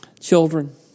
Children